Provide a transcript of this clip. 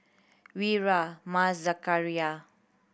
Wira Mas Zakaria